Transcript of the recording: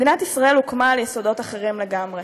מדינת ישראל הוקמה על יסודות אחרים לגמרי.